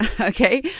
okay